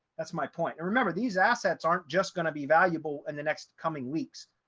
that's my point and remember, these assets aren't just going to be valuable in the next coming weeks.